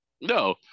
No